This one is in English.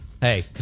Hey